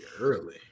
early